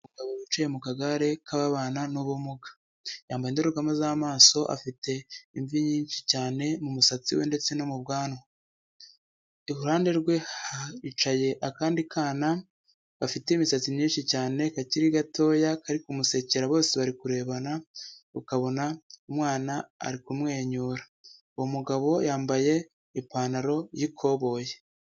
Umugabo wicaye mu kagare k'ababana n'ubumuga. Yambaye indorerwamo z'amaso, afite imvi nyinshi cyane mu musatsi we ndetse no mu bwanwa, iruhande rwe hicaye akandi kana gafite imisatsi myinshi cyane, kakiri gatoya, kari kumusekera, bose bari kurebana ukabona umwana ari kumwenyura. Uwo mugabo yambaye ipantaro y'ikoboyi.